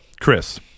Chris